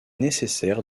nécessaire